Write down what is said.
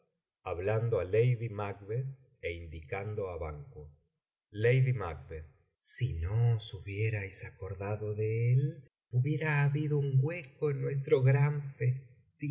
indicando á banquo lady mac si no os hubierais acordado de él hubiera habido un hueco en nuestro gran festín